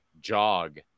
jog